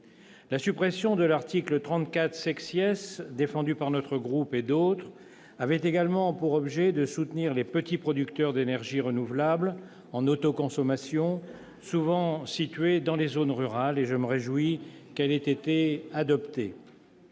La suppression de l'article 34, défendue par les élus de notre groupe et d'autres, avait également pour objet de soutenir les petits producteurs d'énergie renouvelable en autoconsommation, souvent établis dans les zones rurales. Je me réjouis qu'elle ait été adoptée.